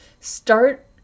Start